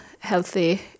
healthy